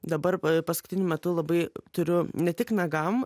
dabar paskutiniu metu labai turiu ne tik nagam